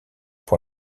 pour